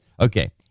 Okay